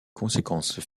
conséquences